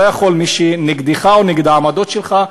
מי שנגדך ונגד העמדות שלך,